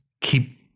keep